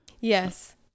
Yes